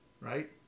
right